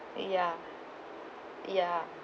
ya ya